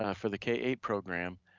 um for the k eight program,